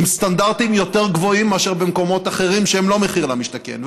בסטנדרטים יותר גבוהים מאשר במקומות אחרים שהם לא מחיר למשתכן,